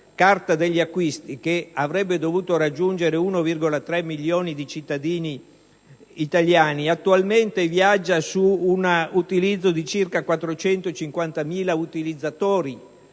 «Carta degli acquisti», che avrebbe dovuto raggiungere 1,3 milioni di cittadini italiani, attualmente viaggia su un utilizzo di circa 450.000 persone